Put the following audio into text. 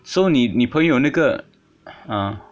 so 你你朋友那个啊